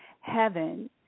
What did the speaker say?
heaven